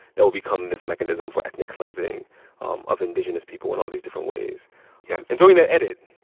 that would become this mechanism for ethnic cleansing um of indigenous people in all these different ways yes and during that edit,